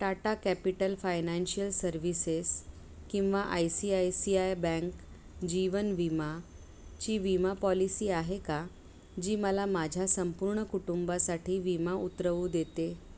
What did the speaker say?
Tata capital financial services किंवा I C I C I bank जीवन विमाची विमा पॉलिसी आहे का जी मला माझ्या संपूर्ण कुटुंबासाठी विमा उतरवू देते